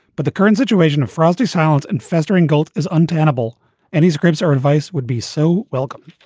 but the current situation of frosty silence and festering guilt is untenable and his scripts or advice would be so welcome